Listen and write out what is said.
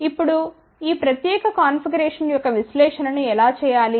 ఇప్పుడు ఈ ప్రత్యేక కాన్ఫిగరేషన్ యొక్క విశ్లేషణ ను ఎలా చేయాలి